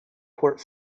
port